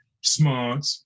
smart